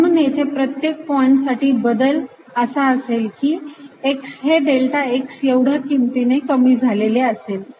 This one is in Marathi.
म्हणून येथे प्रत्येक पॉइंट साठी बदल असा असेल की x हे डेल्टा x एवढ्या किमतीने कमी झालेले असेल